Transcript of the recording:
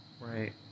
right